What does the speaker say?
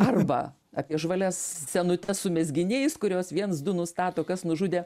arba apie žvalias senutes su mezginiais kurios viens du nustato kas nužudė